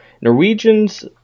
Norwegians